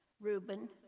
Reuben